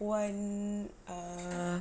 one ah